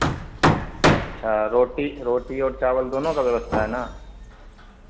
अच्छा रोटी रोटी और चावल दोनों का व्यवस्था है ना